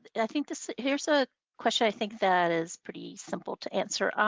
but and i think this here's a question i think that is pretty simple to answer.